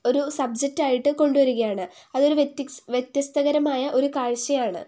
ഒരു സബ്ജെക്ട് ആയിട്ട് കൊണ്ടുവരികയാണ് അതൊരു വ്യത്യസ്തകരമായ ഒരു കാഴ്ചയാണ്